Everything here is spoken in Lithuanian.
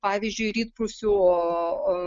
pavyzdžiui rytprūsių a